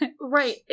Right